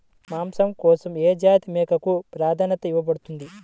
మాంసం కోసం ఏ జాతి మేకకు ప్రాధాన్యత ఇవ్వబడుతుంది?